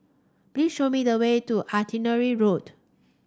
please show me the way to Artillery Road